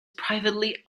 privately